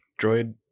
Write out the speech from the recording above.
droid